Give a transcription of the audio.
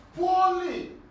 poorly